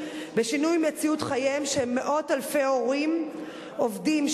מציאות חייהם של מאות אלפי הורים עובדים,